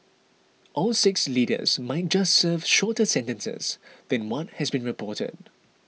all six leaders might just serve shorter sentences than what has been reported